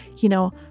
you know.